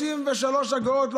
33 אגורות.